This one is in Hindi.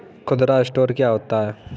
खुदरा स्टोर क्या होता है?